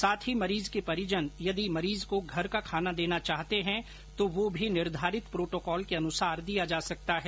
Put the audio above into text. साथ ही मरीज के परिजन यदि मरीज को घर का खाना देना चाहते हैं तो वो भी निर्धारित प्रोटोकॉल के अनुसार दिया जा सकता है